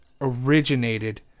originated